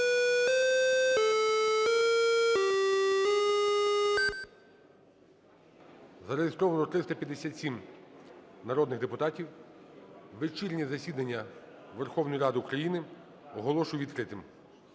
Зареєстровано 357 народних депутатів України. Вечірнє засідання Верховної Ради України оголошую відкритим.